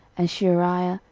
and sheariah,